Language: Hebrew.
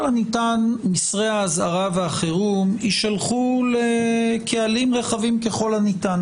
הניתן מסרי האזהרה והחירום יישלחו לקהלים רחבים ככול הניתן.